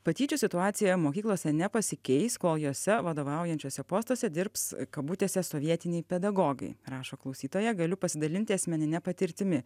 patyčių situacija mokyklose nepasikeis kol jose vadovaujančiuose postuose dirbs kabutėse sovietiniai pedagogai rašo klausytoja galiu pasidalinti asmenine patirtimi